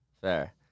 Fair